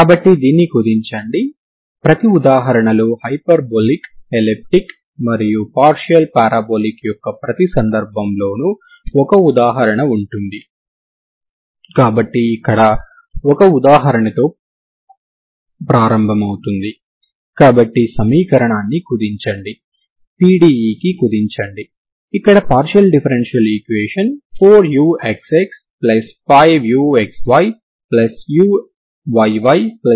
semi infinity domain 0∞ లో ఉండి మరియు సరిహద్దు షరతు u0t 0 గా వున్న ప్రారంభ మరియు సరిహద్దు విలువలు కలిగిన తరంగ సమీకరణానికి చెందిన సమస్యలను మనం పరిష్కరిస్తామని అంటే మీరు స్ట్రింగ్ యొక్క ఒక చివరను ఫిక్స్ చేస్తారు కాబట్టి స్థానభ్రంశం 0 అవుతుంది